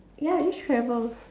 ya just travel